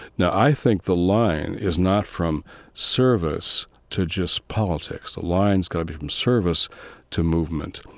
now, i think the line is not from service to just politics. the line's got to be from service to movement.